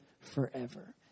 forever